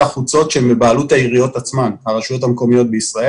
החוצות שהם בבעלות העיריות והרשויות המקומיות עצמן.